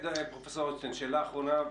פרופ' רוטשטיין, אני רוצה שאלה אחרונה,